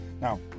now